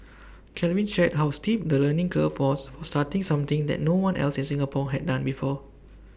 Calvin shared how steep the learning curve was for starting something that no one else in Singapore had done before